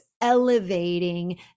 elevating